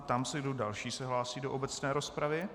Ptám se, kdo další se hlásí do obecné rozpravy.